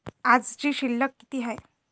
आजची शिल्लक किती हाय?